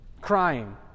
Crying